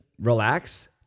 relax